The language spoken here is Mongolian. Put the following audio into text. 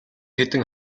хэдэн